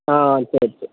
ஆ சரி சரி